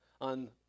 on